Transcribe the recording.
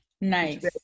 Nice